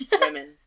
women